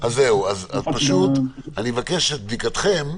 אני מבקש את בדיקתכם.